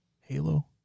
Halo